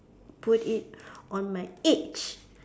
put it on my age